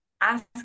ask